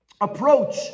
approach